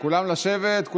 כולם לשבת.